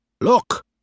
Look